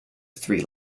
three